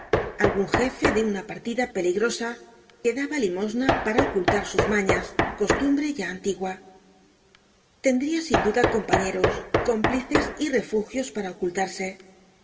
algun jefe de una partida peligrosa que daba limosna para ocultar sus mañas costumbre ya antigua tendria sin duda compañeros cómplices y refugios para ocultarse las vueltas y